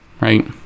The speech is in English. right